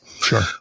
Sure